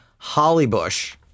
Hollybush